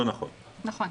נכון.